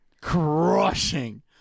crushing